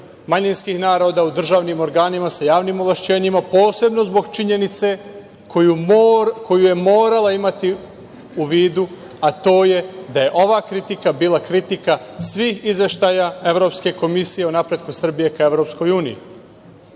manjinskih naroda u državnim organima sa javnim ovlašćenjima, posebno zbog činjenice koju je morala imati u vidu, a to je da je ova kritika bila kritika svih izveštaja Evropske komisije o napretku Srbije ka EU? Još jedan